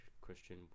Christian